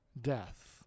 death